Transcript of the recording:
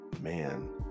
man